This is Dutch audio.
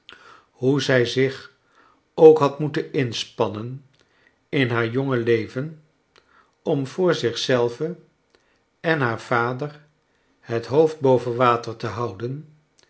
hoe zij zich ook had moeten inspannen in haar jonge leven om voor zich zelve en haar vader het hoofd boven water te houden